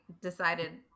decided